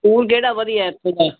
school ਕਿਹੜਾ ਵਧੀਆ ਇੱਥੇ ਦਾ